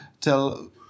tell